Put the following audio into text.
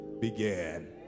began